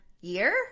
year